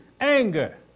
Anger